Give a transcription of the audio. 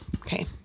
okay